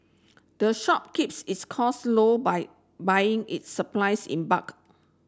the shop keeps its cost low by buying its supplies in bulk